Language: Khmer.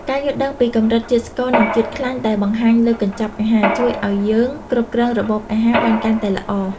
ការយល់ដឹងពីកម្រិតជាតិស្ករនិងជាតិខ្លាញ់ដែលបង្ហាញលើកញ្ចប់អាហារ ជួយឱ្យយើងគ្រប់គ្រងរបបអាហារបានកាន់តែល្អ។